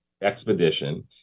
expedition